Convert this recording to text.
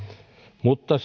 mutta